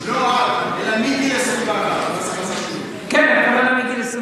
מי שעוקב רואה איך חסן נסראללה מגדיר אותנו